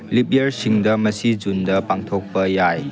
ꯂꯤꯞ ꯏꯌꯥꯔꯁꯤꯡꯗ ꯃꯁꯤ ꯖꯨꯟꯗ ꯄꯥꯡꯊꯣꯛꯄ ꯌꯥꯏ